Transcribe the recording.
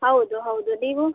ಹೌದು ಹೌದು ನೀವು